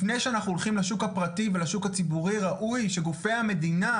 לפני שאנחנו הולכים לשוק הפרטי ולשוק הציבורי ראוי שגופי המדינה,